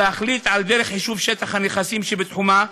להחליט על דרך חישוב שטח הנכסים שבתחומה,